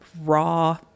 raw